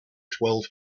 twelve